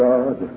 God